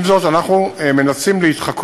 עם זאת, אנו מנסים להתחקות